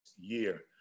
year